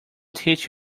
teach